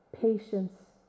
patience